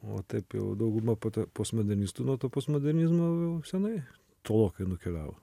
o taip jau dauguma postmodernistų nuo to postmodernizmo jau senai tolokai nukeliavo